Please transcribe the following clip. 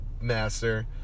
Master